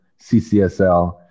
CCSL